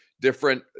different